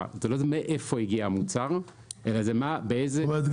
--- זאת אומרת,